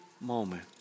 moment